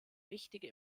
wichtige